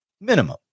Minimum